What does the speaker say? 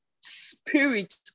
spirit